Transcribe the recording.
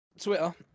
Twitter